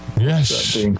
Yes